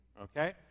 Okay